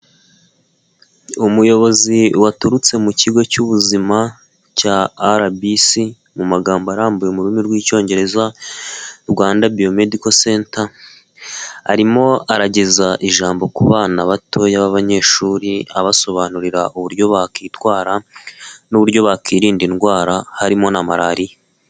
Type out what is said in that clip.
Umuyobozi waturutse mu kigo cy'ubuzima cya RBC mu magambo arambuye mu rurimi rw'icyongereza rwanda bio medical center, arimo arageza ijambo ku bana batoya b'abanyeshuri, abasobanurira uburyo bakwitwara, n'uburyo bakirinda indwara harimo na malariya.